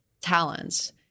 talents